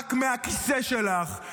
רק מהכיסא שלך,